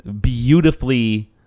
beautifully